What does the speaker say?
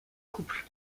couple